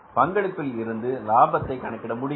பங்களிப்பில் இருந்து லாபத்தை கணக்கிட முடியும்